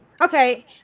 Okay